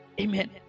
amen